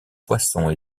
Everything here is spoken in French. poissons